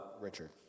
Richard